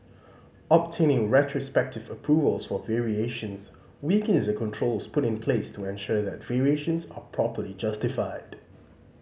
obtaining retrospective approvals for variations weakens the controls put in place to ensure that variations are properly justified